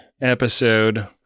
episode